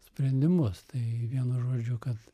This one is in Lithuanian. sprendimus tai vienu žodžiu kad